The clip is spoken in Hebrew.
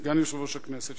סגן יושב-ראש הכנסת,